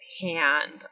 hand